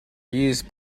used